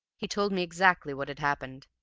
he told me exactly what had happened.